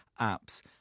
apps